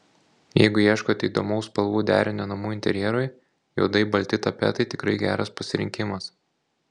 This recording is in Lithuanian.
jeigu ieškote įdomaus spalvų derinio namų interjerui juodai balti tapetai tikrai geras pasirinkimas